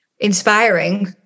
inspiring